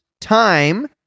time